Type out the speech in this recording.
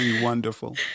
Wonderful